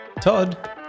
Todd